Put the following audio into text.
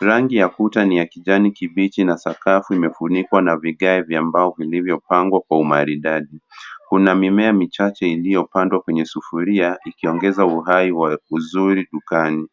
Rangi ya kuta ni ya kijani kibichi na sakafu umefunikwa va vigae vya mbao vilivyopangwa kwa umaridadi. Kuna mimea michache iliyopandwa kwenye sufuria ikiongeza uhai wa uzuri dukani.